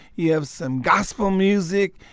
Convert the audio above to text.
you have some gospel music.